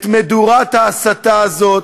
את מדורת ההסתה הזאת,